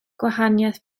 gwahaniaeth